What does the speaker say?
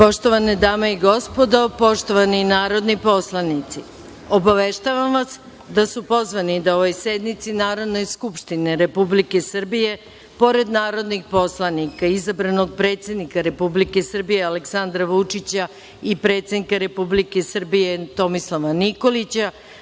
Poštovane dame i gospodo, poštovani narodni poslanici, obaveštavam vas da su pozvani da ovoj sednici Narodne skupštine Republike Srbije, pored narodnih poslanika i izabranog predsednika Republike Srbije Aleksandra Vučića i predsednika Republike Srbije Tomislava Nikolića,